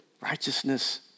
Righteousness